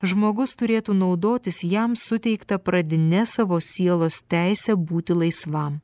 žmogus turėtų naudotis jam suteikta pradine savo sielos teise būti laisvam